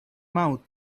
mouth